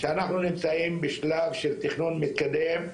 שאנחנו נמצאים בשלב של תכנון מתקדם,